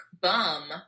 bum